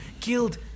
killed